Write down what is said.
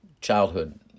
childhood